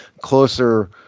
closer